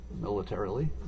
militarily